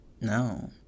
no